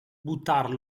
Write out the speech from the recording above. buttar